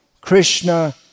Krishna